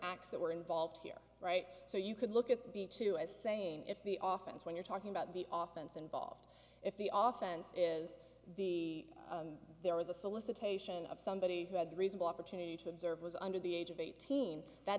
acts that were involved here right so you could look at the two as saying if the office when you're talking about the oftens involved if the often is the there was a solicitation of somebody who had reasonable opportunity to observe was under the age of eighteen that